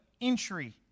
entry